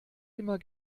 immer